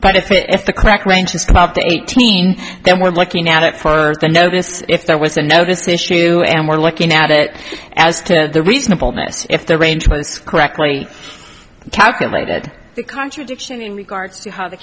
but if it if the crack range is twelve to eighteen then we're looking out for the notice if there was a notice issue and we're looking at it as to the reasonableness if the range was correctly calculated contradiction in regards to how the